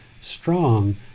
strong